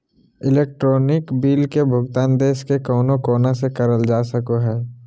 electronic bill के भुगतान देश के कउनो कोना से करल जा सको हय